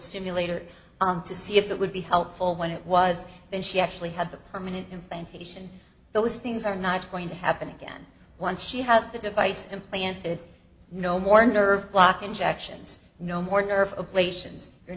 stimulator to see if it would be helpful when it was and she actually had the permanent implantation those things are not going to happen again once she has the device implanted no more nerve block injections no more nerve